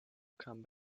come